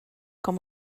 com